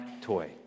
toy